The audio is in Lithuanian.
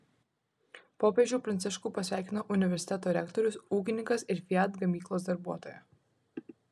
popiežių pranciškų pasveikino universiteto rektorius ūkininkas ir fiat gamyklos darbuotoja